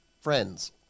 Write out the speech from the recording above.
friends